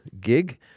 gig